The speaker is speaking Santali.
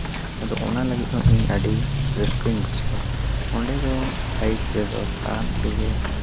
ᱟᱫᱚ ᱚᱱᱟ ᱞᱟᱹᱜᱤᱫ ᱦᱚᱸ ᱤᱧ ᱟᱹᱰᱤ ᱨᱟᱹᱥᱠᱟᱹᱧ ᱵᱩᱡᱷᱟᱹᱣᱟ ᱚᱸᱰᱮ ᱫᱚ ᱦᱟᱭᱤᱠ ᱨᱮᱫᱚ ᱛᱟᱲᱟᱢ ᱛᱮᱜᱮ